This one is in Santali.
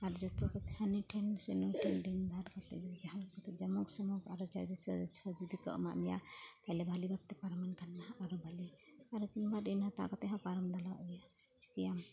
ᱟᱨ ᱡᱚᱛᱚ ᱠᱚᱛᱮ ᱦᱟᱹᱱᱤ ᱴᱷᱮᱱ ᱥᱮ ᱱᱩᱭ ᱴᱷᱮᱱ ᱨᱤᱱ ᱫᱷᱟᱨ ᱠᱟᱛᱮ ᱡᱩᱫᱤ ᱡᱟᱦᱟᱞᱮᱠᱟ ᱛᱮ ᱡᱚᱢᱚᱠ ᱥᱚᱢᱚᱠ ᱟᱨᱚ ᱡᱟᱦᱟᱭ ᱡᱩᱫᱤ ᱠᱚ ᱮᱢᱟᱜ ᱢᱮᱭᱟ ᱛᱟᱦᱞᱮ ᱵᱷᱟᱞᱮ ᱵᱷᱟᱵᱛᱮ ᱯᱟᱨᱚᱢᱮᱱ ᱠᱷᱟᱱ ᱟᱨᱚ ᱵᱷᱟᱞᱮ ᱟᱨᱠᱤ ᱨᱤᱱ ᱦᱟᱛᱟᱣ ᱠᱟᱛᱮ ᱦᱚᱸ ᱯᱟᱨᱚᱢ ᱫᱚ ᱞᱟᱜᱟᱜ ᱜᱮᱭᱟ ᱪᱤᱠᱟᱹᱭᱟᱢ